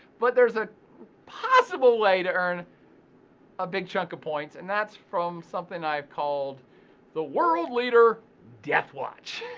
but there's a possible way to earn a big chunk of points, and that's from something i've called the world leader death watch